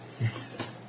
Yes